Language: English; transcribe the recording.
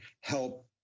help